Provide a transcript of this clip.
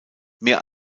mehr